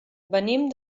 venim